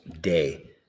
day